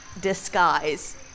disguise